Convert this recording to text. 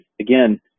again